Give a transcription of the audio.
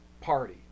party